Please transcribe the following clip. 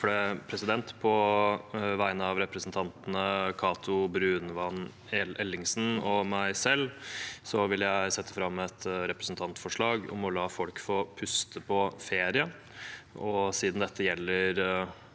(SV) På vegne av representantene Cato Brunvand Ellingsen og meg selv vil jeg sette fram et representantforslag om å la folk få puste på ferie. Siden dette gjelder